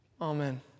Amen